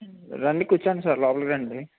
రండి కూర్చోండి సార్ లోపలికి రండి